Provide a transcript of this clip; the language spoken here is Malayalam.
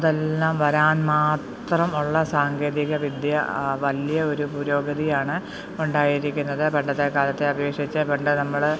അതെല്ലാം വരാൻമാത്രം ഉള്ള സാങ്കേതികവിദ്യ വലിയ ഒരു പുരോഗതിയാണ് ഉണ്ടായിരിക്കുന്നത് പണ്ടത്തേക്കാലത്തെ അപേക്ഷിച്ച് പണ്ട് നമ്മൾ